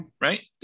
right